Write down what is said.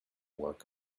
work